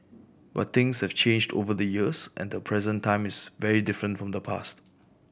but things have changed over the years and the present time is very different from the past